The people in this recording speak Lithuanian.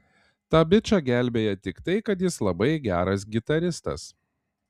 tą bičą gelbėja tik tai kad jis labai geras gitaristas